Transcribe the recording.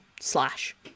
slash